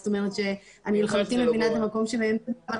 זאת אומרת אני לחלוטין מבינה את המקום שנאמרו,